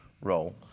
role